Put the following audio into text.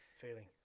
feeling